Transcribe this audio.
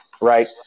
right